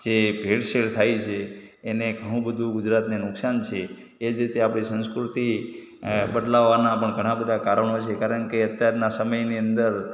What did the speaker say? જે ભેળસેળ થાય છે એણે ઘણું બધું ગુજરાતને નુકસાન છે એ જ રીતે આપણી સંસ્કૃતિ બદલવાનાં પણ ઘણાં બધા કારણો છે કારણ કે અત્યારના સમયની અંદર